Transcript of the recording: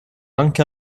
anche